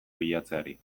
bilatzeari